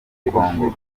congo